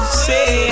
say